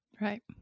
Right